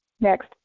Next